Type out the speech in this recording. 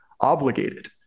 obligated